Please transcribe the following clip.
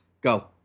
Go